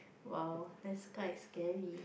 !wow! that's quite scary